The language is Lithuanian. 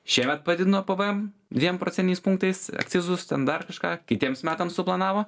šiemet padidino pvm dviem procentiniais punktais akcizus ten dar kažką kitiems metams suplanavo